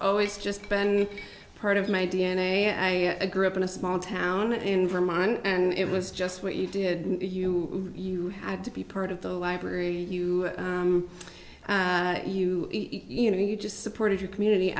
always just been part of my d n a i grew up in a small town in vermont and it was just what you did you had to be part of the library you you you know you just supported your community